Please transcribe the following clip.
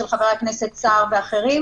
של חבר הכנסת סער ואחרים.